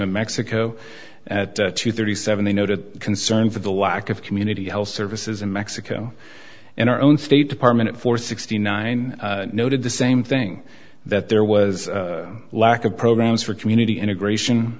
in mexico at two thirty seven they noted concern for the lack of community health services in mexico and our own state department for sixty nine noted the same thing that there was a lack of programs for community integration